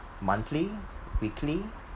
monthly weekly